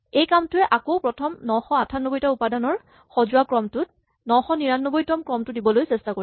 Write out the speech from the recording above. এই কামটোৱে আকৌ প্ৰথম ৯৯৮ টা উপাদানৰ সজোৱা ক্ৰমটোত ৯৯৯ তম টো দিবলৈ চেষ্টা কৰিব